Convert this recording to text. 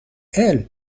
السه